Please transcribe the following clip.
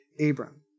Abram